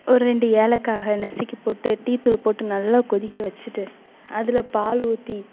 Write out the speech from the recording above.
ஒரு ரெண்டு ஏலக்காக நசிக்கி போட்டு டீத்தூள் போட்டு நல்லா கொதிக்க வச்சிவிட்டு அதில் பால் ஊற்றி